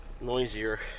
noisier